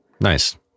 Nice